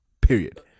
period